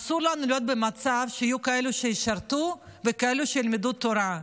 אסור לנו להיות במצב שיהיו כאלה שישרתו וכאלה שילמדו תורה,